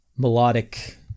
melodic